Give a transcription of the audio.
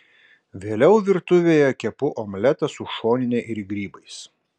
vėliau virtuvėje kepu omletą su šonine ir grybais